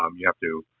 um you have to